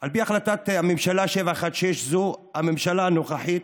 על פי החלטת הממשלה 716, זו הממשלה הנוכחית,